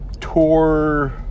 tour